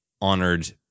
honored